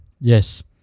Yes